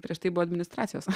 prieš tai buvo administracijos